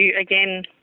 again